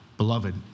Beloved